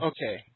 Okay